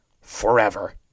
forever